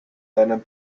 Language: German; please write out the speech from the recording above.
deinen